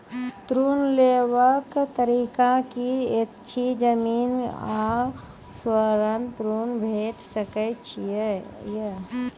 ऋण लेवाक तरीका की ऐछि? जमीन आ स्वर्ण ऋण भेट सकै ये?